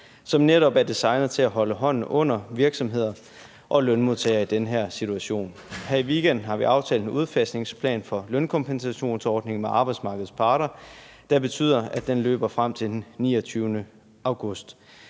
som netop er designet til at holde hånden under virksomheder og lønmodtagere i den her situation. Her i weekenden har vi aftalt en udfasningsplan for lønkompensationsordningen med arbejdsmarkedets parter, der betyder, at den løber frem til den 29. august.